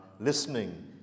listening